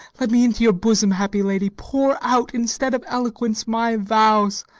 let me into your bosom, happy lady, pour out, instead of eloquence, my vows.